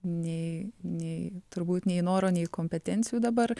nei nei turbūt nei noro nei kompetencijų dabar